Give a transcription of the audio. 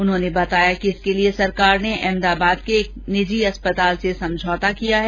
उन्होंने बताया कि इसके लिये सरकार ने अहमदाबाद के एक अस्पताल से समझौता किया है